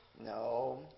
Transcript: No